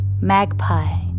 Magpie